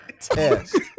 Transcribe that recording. Test